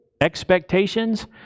expectations